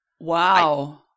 Wow